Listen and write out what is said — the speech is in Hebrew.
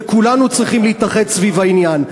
וכולנו צריכים להתאחד סביב העניין.